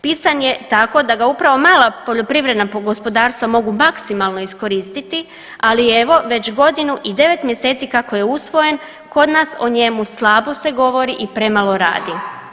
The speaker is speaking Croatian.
Pisan je tako da ga upravo mala poljoprivredna gospodarstva mogu maksimalno iskoristiti, ali evo već godinu i 9 mjeseci kako je usvojen kod nas o njemu se slabo govori i premalo radi.